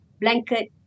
blanket